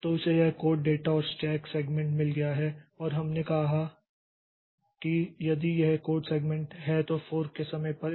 तो इसे यह कोड डेटा और स्टैक सेगमेंट मिल गया है और हमने कहा कि यदि यह कोड सेगमेंट है तो फोर्क के समय पर है